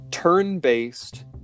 turn-based